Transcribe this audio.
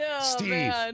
Steve